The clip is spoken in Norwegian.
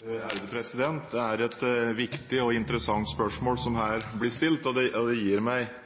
Det er et viktig og interessant spørsmål som her blir stilt. Det gir meg